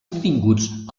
obtinguts